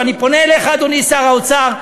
ואני פונה אליך, אדוני שר האוצר,